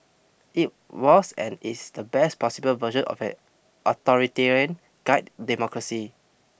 it was and is the best possible version of an authoritarian guide democracy